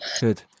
good